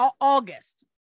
august